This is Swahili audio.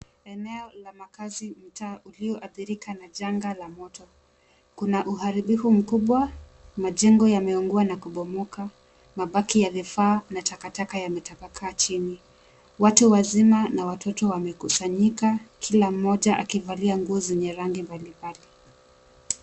Eneo la makasi mtaa ulioadhirika na janga la moto. Kuna uharibifu mkubwa ,majengo yameunguwa na kubomoka. Mabaki ya vifaa na takataka yametapakaa chini. Watu wazima na watoto wamekusanyika kila mmoja akivalia nguo zenye rangi mbalimbali.